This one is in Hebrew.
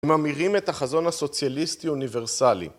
הם ממירים את החזון הסוציאליסטי אוניברסלי.